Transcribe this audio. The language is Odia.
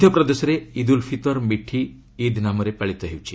ମଧ୍ୟପ୍ରଦେଶରେ ଉଦ୍ ଉଲ୍ ଫିତର୍ ମିଠି ଇଦ୍ ନାମରେ ପାଳିତ ହେଉଛି